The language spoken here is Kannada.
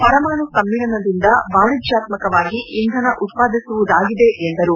ಪರಮಾಣು ಸಮ್ಕಿನದಿಂದ ವಾಣೆಜ್ಯಾತ್ಸಾಕವಾಗಿ ಇಂಧನ ಉತ್ಪಾದಿಸುವುದಾಗಿದೆ ಎಂದರು